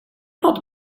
not